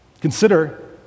Consider